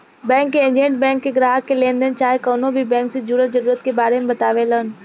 bank के agent bank के ग्राहक के लेनदेन चाहे कवनो भी बैंक से जुड़ल जरूरत के बारे मे बतावेलन